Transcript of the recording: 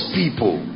people